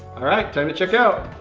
alright, time to check out.